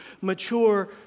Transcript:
mature